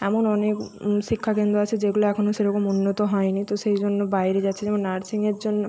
এমন অনেক শিক্ষা কেন্দ্র আছে যেগুলো এখনো সেরকম উন্নত হয়নি তো সেই জন্য বাইরে যাচ্ছে যেমন নার্সিংয়ের জন্য